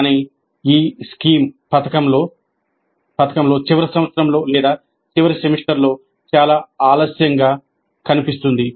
కానీ ఈ పథకం లో చివరి సంవత్సరంలో లేదా చివరి సెమిస్టర్లో చాలా ఆలస్యంగా కనిపిస్తుంది